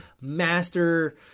master